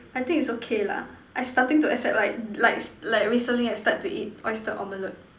I think it's okay lah I starting to accept like like like recently I start to eat oyster omelette